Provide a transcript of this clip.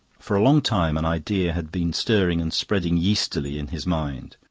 for a long time an idea had been stirring and spreading, yeastily, in his mind.